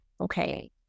Okay